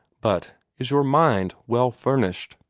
but is your mind well furnished?